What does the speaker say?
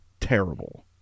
terrible